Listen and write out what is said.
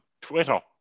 Twitter